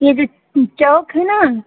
यह जो चौक है ना